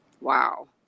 wow